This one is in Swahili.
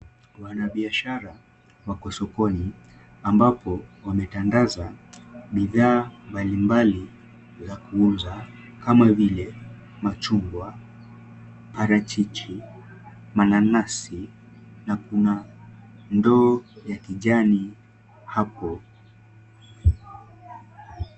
Wanabiashara wako sokoni ambapo wametandaza bidhaa mbalimbali vya kuuza kama vile machungwa, parachichi, mananasi na kuna ndoo ya kijani hapo.